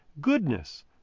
goodness